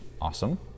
awesome